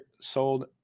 sold